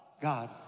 God